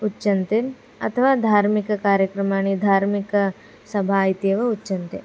उच्यन्ते अथवा धार्मिककार्यक्रमाणि धार्मिक सभा इत्येव उच्यन्ते